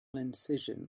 incision